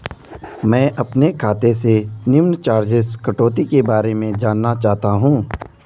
मैं अपने खाते से निम्न चार्जिज़ कटौती के बारे में जानना चाहता हूँ?